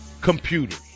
computer